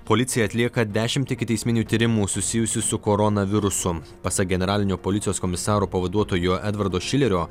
policija atlieka dešimt ikiteisminių tyrimų susijusių su koronavirusu pasak generalinio policijos komisaro pavaduotojo edvardo šilerio